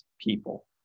people